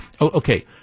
Okay